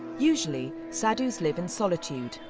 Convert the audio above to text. usually, sadhus live in solitude,